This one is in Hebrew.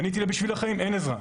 פניתי לבשביל החיים אין עזרה.